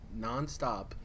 nonstop